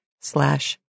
slash